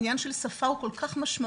עניין של שפה הוא כול כך משמעותי.